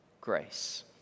grace